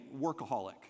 workaholic